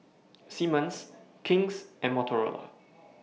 Simmons King's and Motorola